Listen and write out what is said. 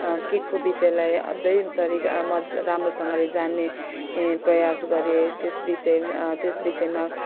केकको विषयलाई अझै तरिका मज राम्रोसँगले जान्ने प्रयास गरेँ त्यस विषय त्यस विषयमा